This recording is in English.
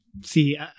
See